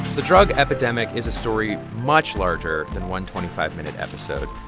the drug epidemic is a story much larger than one twenty five minute episode.